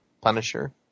Punisher